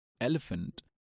elephant